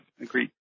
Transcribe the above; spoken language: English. agreed